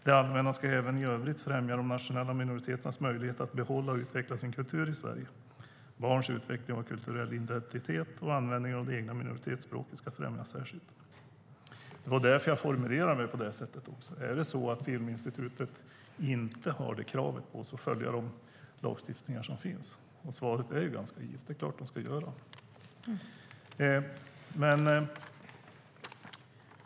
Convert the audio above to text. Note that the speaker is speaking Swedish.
Det allmänna ska även i övrigt främja de nationella minoriteternas möjlighet att behålla och utveckla sin kultur i Sverige. Barns utveckling, kulturell identitet och användning av det egna minoritetsspråket ska främjas särskilt. Det var därför som jag formulerade mig på det sättet. Är det så att Filminstitutet inte har krav på sig att följa den lagstiftning som finns? Svaret är ju givet, det är klart att man ska göra det.